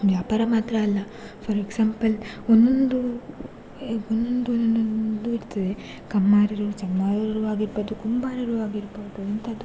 ವ್ಯಾಪಾರ ಮಾತ್ರ ಅಲ್ಲ ಫಾರ್ ಎಕ್ಸಾಂಪಲ್ ಒಂದೊಂದು ಒಂದೊಂದು ಒಂದೊಂದು ಇರ್ತದೆ ಕಮ್ಮಾರರು ಚಮ್ಮಾರರು ಆಗಿರ್ಬೋದು ಕುಂಬಾರರು ಆಗಿರ್ಬೌದು ಅಂಥದ್ದು